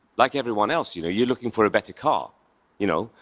like everyone else, you know, you're looking for a better car you know,